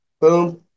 Boom